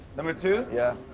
number two? yeah.